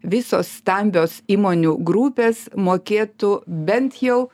visos stambios įmonių grupės mokėtų bent jau